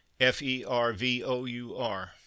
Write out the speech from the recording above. f-e-r-v-o-u-r